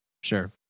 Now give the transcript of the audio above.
Sure